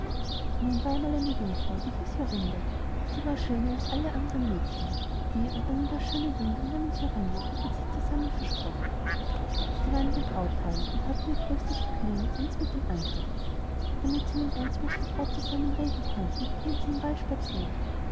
nun war einmal eine jungfrau die hieß jorinde sie war schöner als alle andere mädchen die und dann ein gar schöner jüngling namens joringel hatten sich zusammen versprochen sie waren in den brauttagen und sie hatten ihr größtes vergnügen eins am andern damit sie nun einsmalen vertraut zusammen reden könnten gingen sie in den wald spaziren